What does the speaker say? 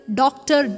doctor